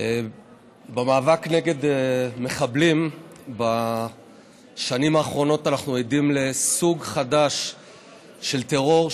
במאבק נגד מחבלים בשנים האחרונות אנחנו עדים לסוג חדש של טרור,